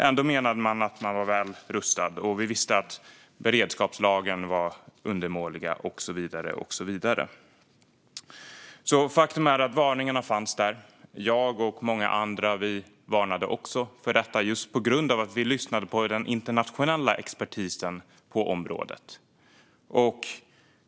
Ändå menade man att man var väl rustad. Vi visste att beredskapslagren var undermåliga och så vidare. Faktum är att varningarna fanns där. Jag och många andra varnade också för detta, just på grund av att vi lyssnade på den internationella expertisen på området.